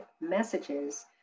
messages